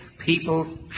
people